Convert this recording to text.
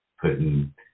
putting